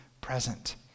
present